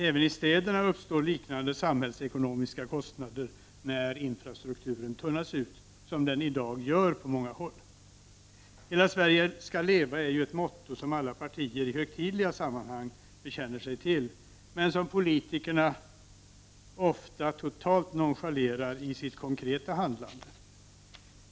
Även i städerna uppstår liknande samhällsekonomiska kostnader när infrastrukturen tunnas ut, som den i dag gör på många håll. ”Hela Sverige ska leva” är ett motto som alla partier i högtidliga sammanhang bekänner sig till men som politikerna ofta totalt nonchalerar i sitt konkreta handlande.